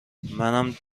منم